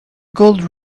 gold